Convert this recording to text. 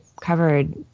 covered